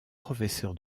professeur